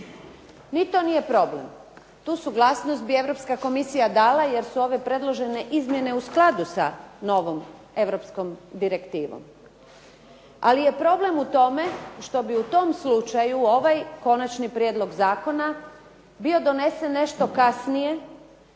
Ni to nije problem. Tu suglasnost bi Europska Komisija dala jer su ove predložene izmjene u skladu sa novom europskom direktivom. Ali je problem u tome što bi u tom slučaju ovaj konačni prijedlog zakona bio donesen nešto kasnije